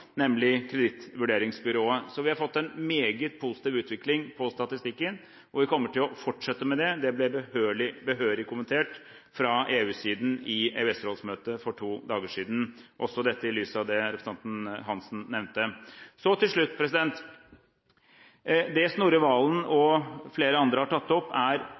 nemlig kredittvurderingsbyrået. Så vi har fått en meget positiv utvikling på statistikken, og vi kommer til å fortsette med det. Det ble behørig kommentert fra EU-siden i EØS-rådsmøtet for to dager siden – også dette i lys av det representanten Hansen nevnte. Så til slutt: Det Snorre Serigstad Valen og flere andre har tatt opp, er